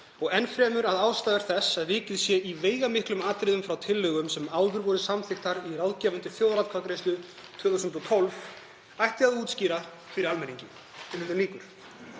og enn fremur að ástæður þess að vikið sé í veigamiklum atriðum frá tillögu sem áður voru samþykktar í ráðgefandi þjóðaratkvæðagreiðslu 2012 ætti að útskýra fyrir almenningi.“ Virðulegi